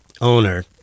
owner